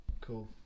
cool